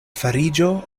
fariĝo